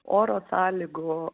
oro sąlygų